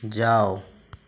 ଯାଅ